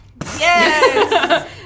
Yes